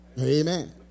Amen